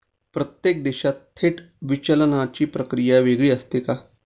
प्रत्येक देशात थेट विचलनाची प्रक्रिया वेगळी असते का?